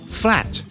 flat